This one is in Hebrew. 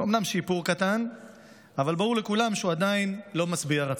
אומנם שיפור קטן אבל ברור לכולם שהוא עדיין לא משביע רצון.